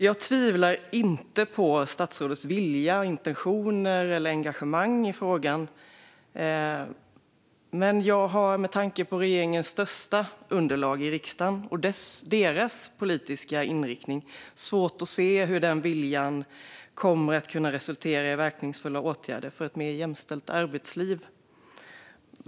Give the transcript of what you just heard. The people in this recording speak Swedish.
Jag tvivlar inte på statsrådets vilja, intentioner eller engagemang i frågan, men jag har, med tanke på regeringens största underlag i riksdagen och dess politiska inriktning, svårt att se hur denna vilja kommer att kunna resultera i verkningsfulla åtgärder för ett mer jämställt arbetsliv.